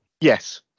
Yes